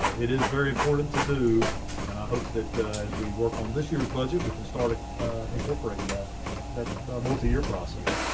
it is very important to do and i hope that as we work on this year's budget, we can start ah incorporating that that multi year process,